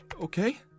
okay